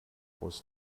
aus